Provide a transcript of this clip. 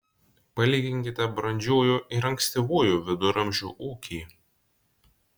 palyginkite brandžiųjų ir ankstyvųjų viduramžių ūkį